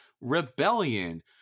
Rebellion